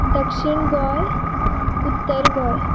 दक्षीण गोंय उत्तर गोंय